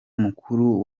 mukuru